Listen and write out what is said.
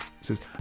says